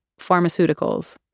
Pharmaceuticals